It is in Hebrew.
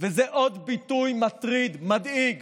וזה עוד ביטוי מטריד, מדאיג,